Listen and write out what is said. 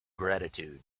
gratitude